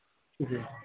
جی